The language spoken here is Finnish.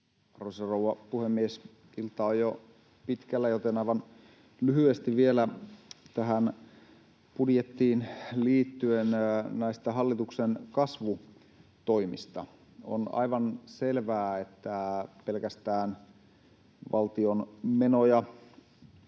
Arvoisa rouva puhemies! Ilta on jo pitkällä, joten aivan lyhyesti vielä tähän budjettiin liittyen näistä hallituksen kasvutoimista. On aivan selvää, että pelkästään valtion menoja